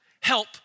help